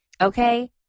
okay